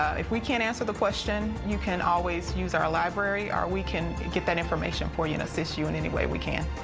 if we can't answer the question, you can always use our library or we can get that information for you and assist you in any way we can.